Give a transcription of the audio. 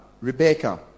Rebecca